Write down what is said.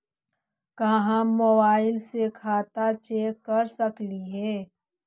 का हम मोबाईल से खाता चेक कर सकली हे?